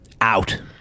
Out